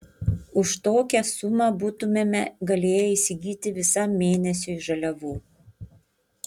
už tokią sumą būtumėme galėję įsigyti visam mėnesiui žaliavų